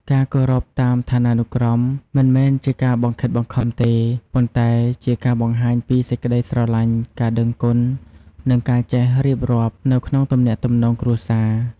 ការគោរពតាមឋានានុក្រម មិនមែនជាការបង្ខិតបង្ខំទេ ប៉ុន្តែជាការបង្ហាញពី សេចក្តីស្រលាញ់ ការដឹងគុណ និងការចេះរៀបរាប់ នៅក្នុងទំនាក់ទំនងគ្រួសារ។